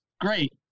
great